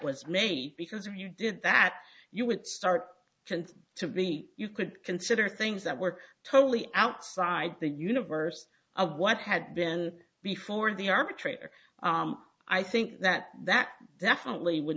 was made because if you did that you would start to be you could consider things that were totally outside the universe of what had been before the arbitrator i think that that definitely would